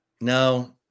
No